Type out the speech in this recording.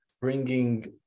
bringing